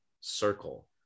circle